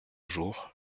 jours